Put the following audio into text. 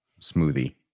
smoothie